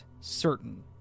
certain